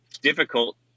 difficult